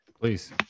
Please